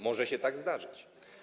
Może się tak zdarzyć.